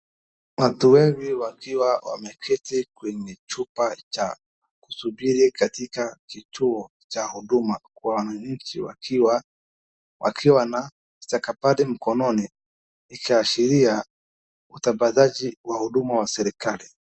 Watu wengi wakiwa wameketi kwenye chumba cha kusubiri katika kituo cha huduma kwa wananchi wakiwa na stakabadhi mkononi likiashiria utambazaji wa huduma wa serikali.